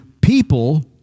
people